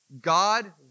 God